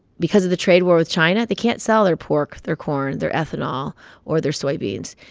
because of the trade war with china, they can't sell their pork, their corn, their ethanol or their soybeans.